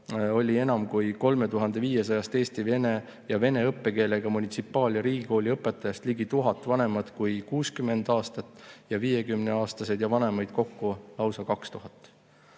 olid enam kui 3500‑st eesti-vene ja vene õppekeelega munitsipaal‑ ja riigikooli õpetajast ligi 1000 vanemad kui 60 aastat ning 50‑aastaseid ja vanemaid oli kokku lausa 2000.